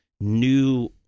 new